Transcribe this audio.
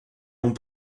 ont